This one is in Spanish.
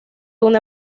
una